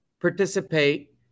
participate